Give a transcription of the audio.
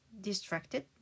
distracted